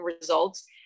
results